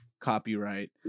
copyright